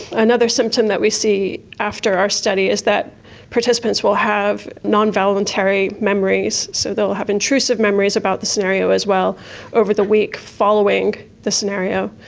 another symptom that we see after our study is that participants will have non-voluntary memories. so they will have intrusive memories about the scenario as well over the week following the scenario,